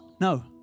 No